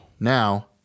Now